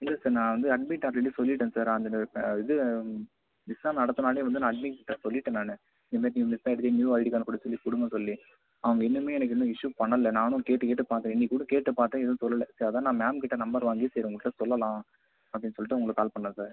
இல்லை சார் நான் வந்து அட்மின்கிட்ட ஆல்ரெடி சொல்லிவிட்டேன் சார் அந்த இது மிஸ் ஆன அடுத்த நாளே வந்து நான் அட்மின்கிட்ட சொல்லிவிட்டேன் நான் இது மாதிரி மிஸ் ஆகிடுச்சு நியூ ஐடி கார்டு கொடுக்கச்சொல்லி கொடுங்கன்னு சொல்லி அவங்க இன்னமும் எனக்கு வந்து இஷ்யு பண்ணலை நானும் கேட்டு கேட்டு பார்க்கிறேன் இன்னைக்குக்கூட கேட்டுப்பார்த்தேன் எதுவும் சொல்லலை சரி அது தான் மேம்கிட்ட நம்பர் வாங்கி சரி உங்கள்கிட்ட சொல்லலாம் அப்படின்னு சொல்லிவிட்டு உங்களுக்கு கால் பண்ணேன் சார்